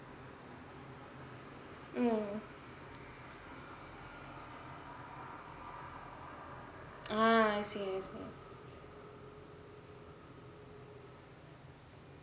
mm orh I see I see